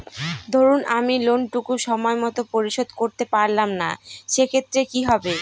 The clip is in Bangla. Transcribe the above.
ধরুন আমি লোন টুকু সময় মত পরিশোধ করতে পারলাম না সেক্ষেত্রে কি হবে?